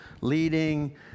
leading